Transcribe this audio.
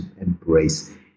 embrace